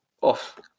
off